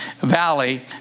Valley